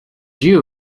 you